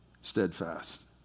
steadfast